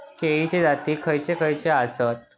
केळीचे जाती खयचे खयचे आसत?